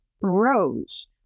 ROSE